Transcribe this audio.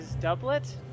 doublet